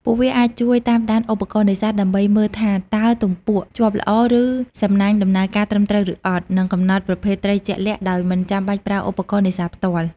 ពួកវាអាចជួយតាមដានឧបករណ៍នេសាទ ដើម្បីមើលថាតើទំពក់ជាប់ល្អ ឬសំណាញ់ដំណើរការត្រឹមត្រូវឬអត់ និងកំណត់ប្រភេទត្រីជាក់លាក់ដោយមិនចាំបាច់ប្រើឧបករណ៍នេសាទផ្ទាល់។